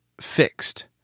fixed